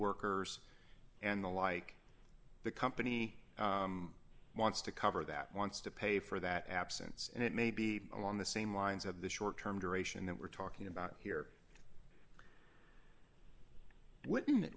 workers and the like the company wants to cover that wants to pay for that absence and it may be along the same lines of the short term duration that we're talking about here